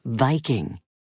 viking